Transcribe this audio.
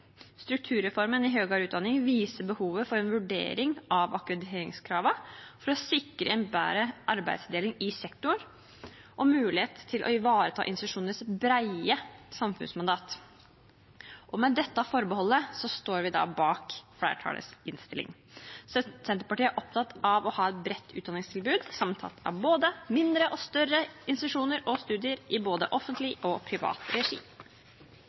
Strukturreformen i høyere utdanning viser behovet for en vurdering av akkrediteringskravene, for å sikre en bedre arbeidsdeling i sektoren og mulighet til å ivareta institusjonenes brede samfunnsmandat. Med dette forbeholdet står vi bak flertallsinnstillingen: Senterpartiet er opptatt av å ha et bredt utdanningstilbud sammensatt av både mindre og større institusjoner og studier i både offentlig og privat regi.